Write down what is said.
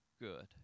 good